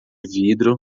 vidro